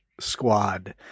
squad